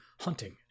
hunting